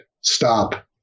stop